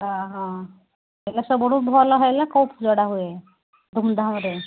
ଅ ହଁ ହେଲେ ସବୁଠୁ ଭଲ ହେଲା କେଉଁ ପୂଜଟା ହୁଏ ଧୁମଧାମ୍ରେ